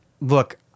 look